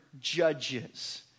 judges